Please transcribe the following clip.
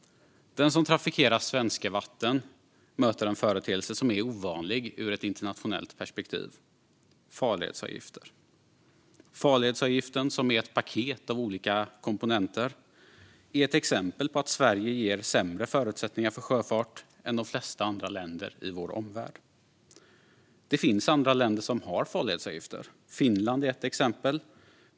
Den som trafikerar svenska vatten möter en företeelse som är ovanlig ur ett internationellt perspektiv: farledsavgifter. Farledsavgiften, som är ett paket av olika komponenter, är ett exempel på att Sverige ger sjöfarten sämre förutsättningar än de flesta andra länder i vår omvärld. Det finns andra länder som har farledsavgifter. Finland är ett exempel.